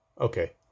Okay